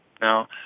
Now